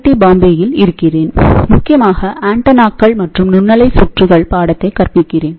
D பம்பாயில் இருக்கிறேன் முக்கியமாக ஆண்டெனாக்கள் மற்றும் நுண்ணலை சுற்றுகள் பாடத்தை கற்பிக்கிறேன்